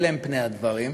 ואלה הם פני הדברים.